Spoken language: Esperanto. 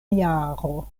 jaro